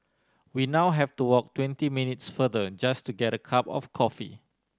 we now have to walk twenty minutes farther just to get a cup of coffee